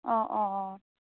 অঁ অঁ অঁ